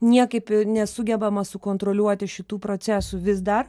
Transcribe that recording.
niekaip nesugebama sukontroliuoti šitų procesų vis dar